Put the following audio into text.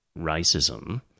racism